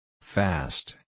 Fast